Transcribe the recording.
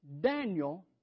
Daniel